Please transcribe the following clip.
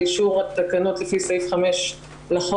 לאישור תקנות לפי סעיף 5 לחוק,